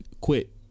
quit